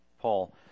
paul